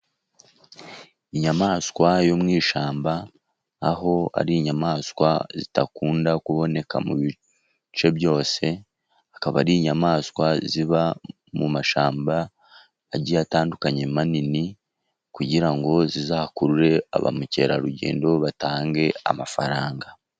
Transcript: Inyamaswa yo mu ishyamba aho ari inyamaswa zidakunda kuboneka mu bice byose, zikaba ari inyamaswa ziba mu mashyamba agiye atandukanye manini, kugira ngo zizakurure ba mukerarugendo batange amafaranga.